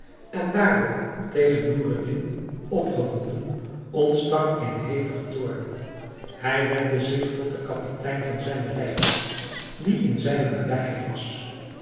en daardoor tegen noureddin opgewonden ontstak in hevigen toorn hij wendde zich tot den kapitein van zijne lijfwacht die in zijne nabijheid was